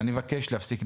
מבקש להפסיק.